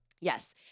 Yes